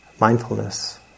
mindfulness